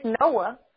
Noah